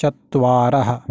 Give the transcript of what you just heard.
चत्वारः